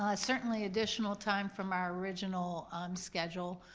ah certainly additional time from our original schedule,